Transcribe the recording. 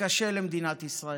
וקשה למדינת ישראל,